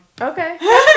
okay